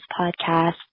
podcast